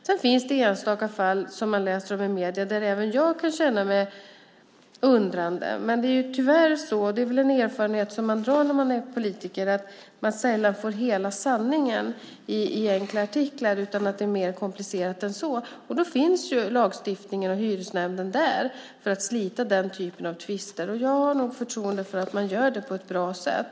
Sedan finns det enstaka fall som man kan läsa om i medierna där även jag kan vara undrande. Men det är tyvärr så - och det är en erfarenhet man gör när man är politiker - att man sällan får hela sanningen i artiklar utan att frågan är mer komplicerad än så. Då finns lagstiftningen och hyresnämnden där för att slita den typen av tvister. Jag har förtroende för att de gör det på ett bra sätt.